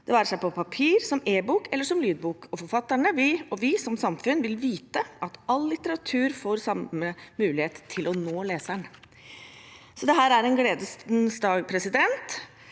det være seg på papir, som e-bok eller som lydbok. Forfatterne og vi som samfunn vil vite at all litteratur får samme mulighet til å nå leseren. Dette er en gledens dag, for i